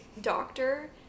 doctor